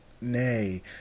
Nay